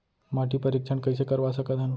माटी परीक्षण कइसे करवा सकत हन?